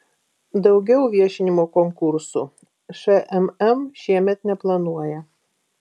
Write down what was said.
daugiau viešinimo konkursų šmm šiemet neplanuoja